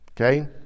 Okay